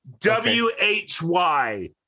W-H-Y